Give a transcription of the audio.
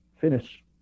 finish